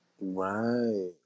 Right